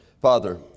Father